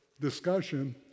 discussion